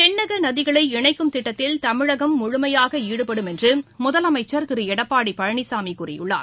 தென்னகநதிகளை இணைக்கும் திட்டத்தில் தமிழகம் முழுமையாகாடுபடும் என்றுமுதலமைச்சர் திருஎடப்பாடிபழனிசாமிகூறியுள்ளார்